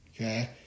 okay